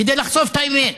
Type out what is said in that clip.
כדי לחשוף את האמת.